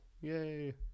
Yay